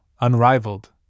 unrivaled